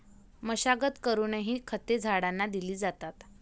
मशागत करूनही खते झाडांना दिली जातात